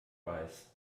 weiß